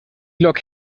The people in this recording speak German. lok